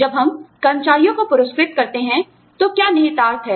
जब हम कर्मचारियों को पुरस्कृत करते हैं तो क्या निहितार्थ हैं